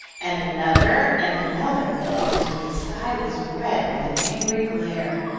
and another and another until the sky was red with an angry glare.